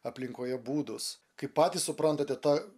aplinkoje būdus kaip patys suprantate ta